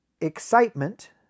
excitement